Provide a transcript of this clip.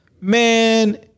man